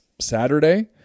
Saturday